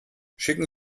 schicken